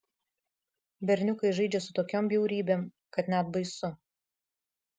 berniukai žaidžia su tokiom bjaurybėm kad net baisu